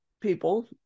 people